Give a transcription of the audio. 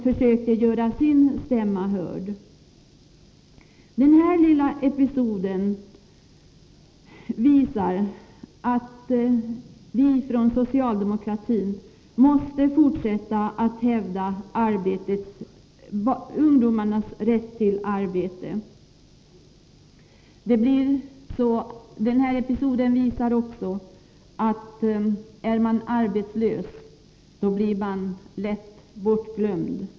Den här ”lilla” episoden är ett av många skäl för att vi inom socialdemokratin måste fortsätta att värna om ungdomarnas rätt till arbete. Episoden visar också att den som är arbetslös lätt glöms bort.